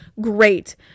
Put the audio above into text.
great